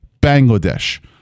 Bangladesh